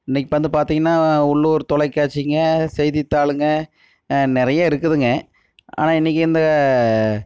இன்றைக்கி இப்போ வந்து பார்த்தீங்கன்னா உள்ளூர் தொலைக்காட்சிங்க செய்தித்தாளுங்க நிறைய இருக்குதுங்க ஆனால் இன்றைக்கி இந்த